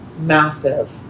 massive